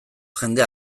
jende